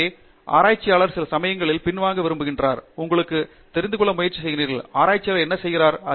எனவே ஆராய்ச்சியாளர் சில சமயங்களில் பின்வாங்க விரும்புகிறார் உங்களுக்குத் தெரிந்து கொள்ள முயற்சி செய்யுங்கள் ஆராய்ச்சியாளர் என்ன செய்கிறார்